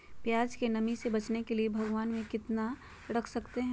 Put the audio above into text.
प्यास की नामी से बचने के लिए भगवान में कितना दिन रख सकते हैं?